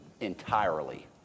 entirely